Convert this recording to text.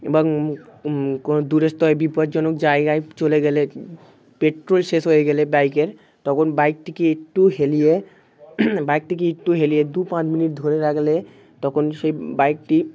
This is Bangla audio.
এবং কোনো দূরের স্তরে বিপদ জনক জায়গায় চলে গেলে পেট্রোল শেষ হয়ে গেলে বাইকের তখন বাইকটিকে একটু হেলিয়ে বাইকটিকে একটু হেলিয়ে দু পাঁচ মিনিট ধরে রাখলে তখন সেই বাইকটি